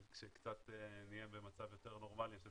אבל כשקצת נהיה במצב יותר נורמלי אני חושב